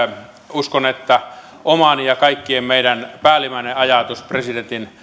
uskon että oma ja kaikkien meidän päällimmäinen ajatus presidentin